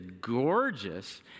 gorgeous